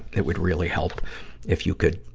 it would really help if you could,